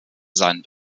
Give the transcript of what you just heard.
sein